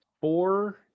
four